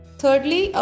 thirdly